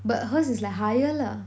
but hers is like higher lah